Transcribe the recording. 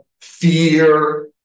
fear